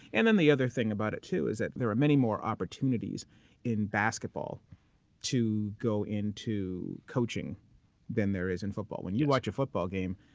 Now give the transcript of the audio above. and then the other thing about it too is that there are many more opportunities in basketball to go into coaching than there is in football. when you watch a football game,